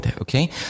okay